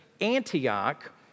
Antioch